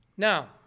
Now